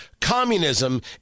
communism